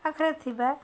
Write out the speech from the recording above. ପାଖରେ ଥିବା